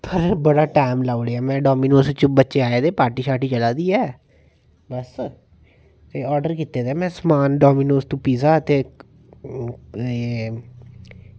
ते बड़ा टाईम लाई ओड़ेआ बच्चे आए दे ते पार्टी चला दी ऐ ते बस में ऑर्टर कीते दा समान डामिनोज़ दा पिज्जा ते एह्